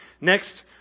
Next